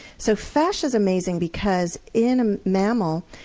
so fascia is amazing because in a mammal,